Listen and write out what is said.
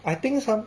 I think some